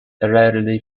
rarely